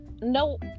no